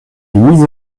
mises